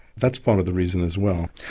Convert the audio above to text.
that's part of the reason as well.